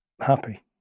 happy